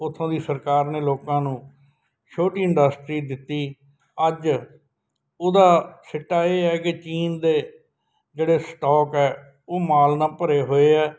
ਉੱਥੋਂ ਦੀ ਸਰਕਾਰ ਨੇ ਲੋਕਾਂ ਨੂੰ ਛੋਟੀ ਇੰਡਸਟਰੀ ਦਿੱਤੀ ਅੱਜ ਉਹਦਾ ਸਿੱਟਾ ਇਹ ਹੈ ਕਿ ਚੀਨ ਦੇ ਜਿਹੜੇ ਸਟੋਕ ਹੈ ਉਹ ਮਾਲ ਨਾਲ ਭਰੇ ਹੋਏ ਹੈ